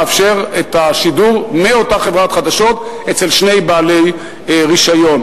לאפשר את השידור מאותה חברת חדשות אצל שני בעלי רשיון.